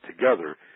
together